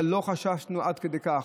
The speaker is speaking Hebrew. אבל לא חששנו עד כדי כך.